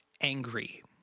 angry